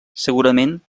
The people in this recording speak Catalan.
segurament